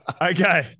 Okay